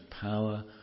power